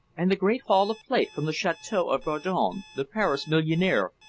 and the great haul of plate from the chateau of bardon, the paris millionaire,